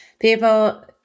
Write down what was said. People